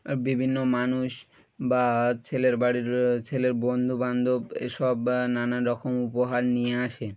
আর বিভিন্ন মানুষ বা ছেলের বাড়ির ছেলের বন্ধু বান্ধব এসব বা নানান রকম উপহার নিয়ে আসে